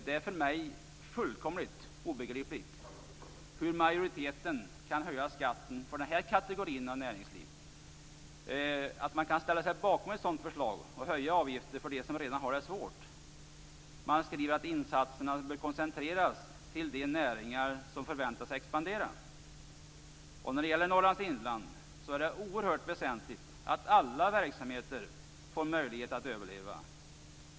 Det är för mig fullkomligt obegripligt hur majoriteten kan höja skatten för den här kategorin av näringsliv, hur man kan ställa sig bakom ett sådant förslag och höja avgifter för dem som redan har det svårt. Man skriver att insatserna bör koncentreras till de näringar som förväntas expandera. När det gäller Norrlands inland är det oerhört väsentligt att alla verksamheter får möjlighet att överleva.